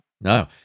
No